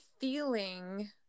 feeling